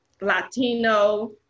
Latino